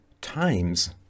times